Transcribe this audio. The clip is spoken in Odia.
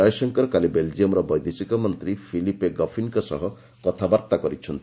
ଜୟଶଙ୍କର କାଲି ବେଲଜିୟମ୍ର ବୈଦେଶିକ ମନ୍ତ୍ରୀ ଫିଲିପେ ଗଫିନଙ୍କ ସହ କଥାବାର୍ତ୍ତା କରିଛନ୍ତି